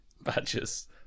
badges